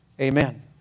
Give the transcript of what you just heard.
Amen